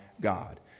God